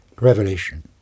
revelation